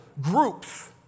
groups